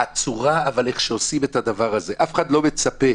אבל הצורה איך עושים את זה, אף אחד לא מצפה